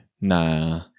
Nah